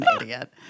idiot